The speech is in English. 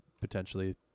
potentially